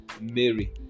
Mary